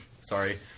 Sorry